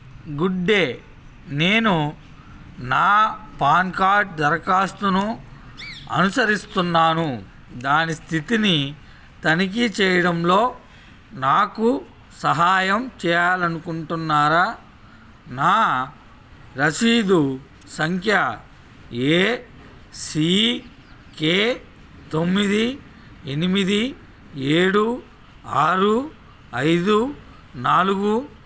good day నేను నా PAN card దరఖాస్తును అనుసరిస్తున్నాను దాని స్థితిని తనిఖీ చేయడంలో నాకు సహాయం చేయాలి అనుకుంటున్నారా నా రసీదు సంఖ్య ఏ సీ కె తొమ్మిది ఎనిమిది ఏడు ఆరు ఐదు నాలుగు